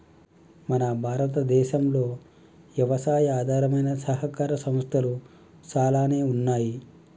మన భారతదేసంలో యవసాయి ఆధారమైన సహకార సంస్థలు సాలానే ఉన్నాయి